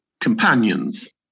companions